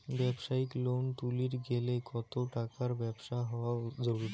ব্যবসায়িক লোন তুলির গেলে কতো টাকার ব্যবসা হওয়া জরুরি?